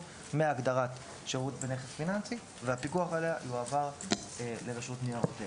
מהגדרת שירות בנכס פיננסי והפיקוח עליה יועבר לרשות ניירות ערך.